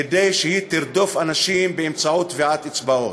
כדי שהיא תרדוף אנשים באמצעות טביעת אצבעות?